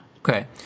Okay